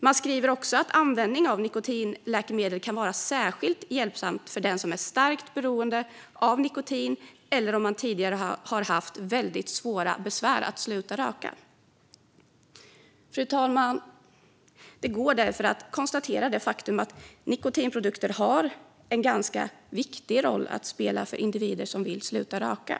Man skriver också att användning av nikotinläkemedel kan vara särskilt hjälpsamt för den som är starkt beroende av nikotin och för den som tidigare har haft väldigt stora besvär med att sluta röka. Fru talman! Det går därför att konstatera det faktum att nikotinprodukter har en ganska viktig roll att spela för individer som vill sluta röka.